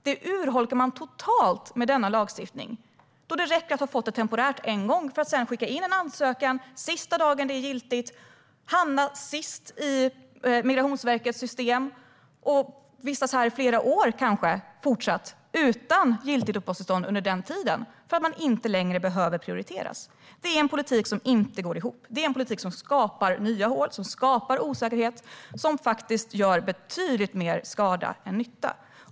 Detta urholkar man totalt med denna lagstiftning, då det räcker att man fått ett temporärt uppehållstillstånd en gång och skickar in en ansökan sista dagen det är giltigt för att man ska hamna sist i Migrationsverkets system och kunna fortsätta vistas här, kanske i flera år, utan giltigt uppehållstillstånd under den tiden eftersom man inte längre behöver prioriteras. Det är en politik som inte går ihop. Det är en politik som skapar nya hål, som skapar osäkerhet och som gör betydligt mer skada än nytta.